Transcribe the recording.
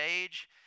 age